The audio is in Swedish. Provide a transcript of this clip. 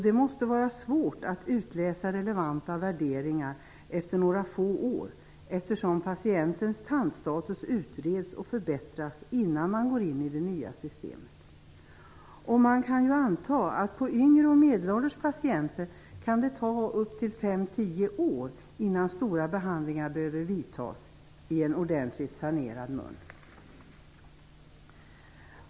Det måste vara svårt att utläsa relevanta värderingar efter några få år, eftersom patientens tandstatus utreds och förbättras innan man går in i det nya systemet. Man kan anta att det kan ta upp till fem eller tio år innan stora behandlingar behöver vidtas i en ordentligt sanerad mun på yngre och medelålders patienter.